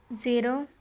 zero